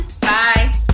Bye